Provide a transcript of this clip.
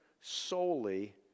solely